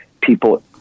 people